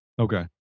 Okay